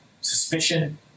suspicion